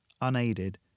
Unaided